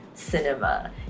cinema